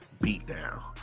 beatdown